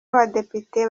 abadepite